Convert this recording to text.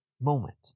moment